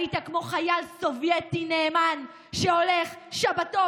היית כמו חייל סובייטי נאמן שהולך בשבתות,